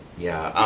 yeah,